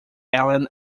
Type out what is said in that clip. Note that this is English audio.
allen